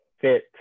fit